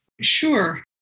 Sure